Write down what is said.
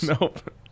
Nope